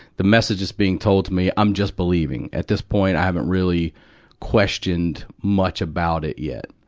the messages being told me, i'm just believing. at this point, i haven't really questioned much about it yet.